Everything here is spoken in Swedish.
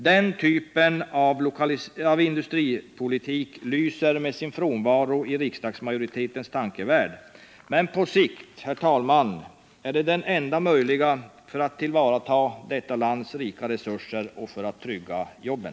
Den typen av industripolitik lyser med sin frånvaro i riksdagsmajoritetens tankevärld, men på sikt, herr talman, utgör den den enda möjliga vägen för att tillvarata detta lands rika resurser och för att trygga jobben.